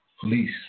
police